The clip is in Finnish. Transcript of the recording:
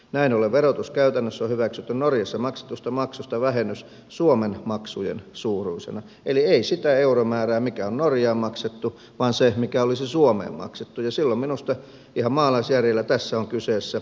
näin ollen verotuskäytännössä on hyväksytty norjassa maksetusta maksusta vähennys suomen maksujen suuruisena eli ei sitä euromäärää mikä on norjaan maksettu vaan se mikä olisi suomeen maksettu ja silloin minusta ihan maalaisjärjellä tässä on kyseessä kaksoisverotus